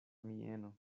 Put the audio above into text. mieno